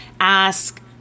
ask